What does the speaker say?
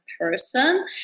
person